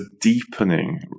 deepening